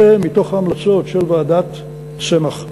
אלה, מתוך ההמלצות של ועדת צמח.